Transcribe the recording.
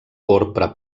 porpra